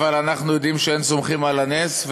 אבל אנחנו יודעים שאין סומכים על הנס,